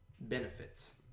benefits